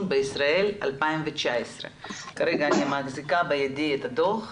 בישראל 2019. אני מחזיקה בידי את הדו"ח.